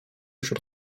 wśród